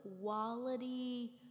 quality